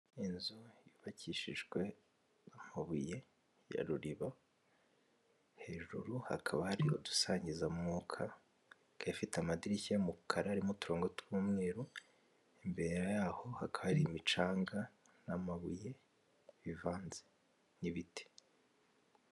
Inzu yubakishijwe amabuye ya ruriba hejuru hakaba hari udusangizamwuka gafite amadirishya y'umukara arimo uturongo tw'umweru, imbere yaho hakaba hari imicanga n'amabuye bivanze n'ibiti.